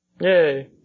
Yay